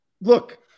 look